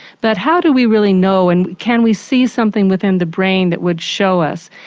but how do we really know, and can we see something within the brain that would show us?